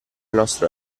nostro